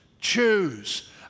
choose